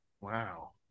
Wow